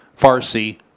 Farsi